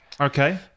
okay